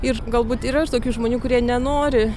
ir galbūt yra ir tokių žmonių kurie nenori